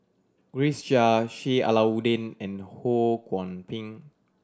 Grace Chia Sheik Alau'ddin and Ho Kwon Ping